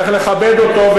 צריך לכבד אותו,